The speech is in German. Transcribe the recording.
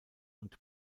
und